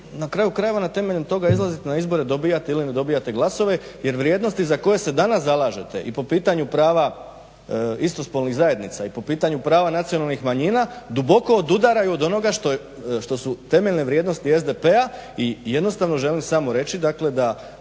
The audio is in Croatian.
na kraju krajeva na temelju toga izlazit na izbore dobijte ili ne dobijte glasove jer vrijednosti za koje se danas zalažete i po pitanja prava istospolnih zajednica i po pitanju prava nacionalnih manjina duboko odudaraju od onoga što su temeljne vrijednosti SDP-a i jednostavno želim samo reći, dakle